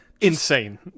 insane